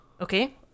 Okay